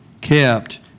kept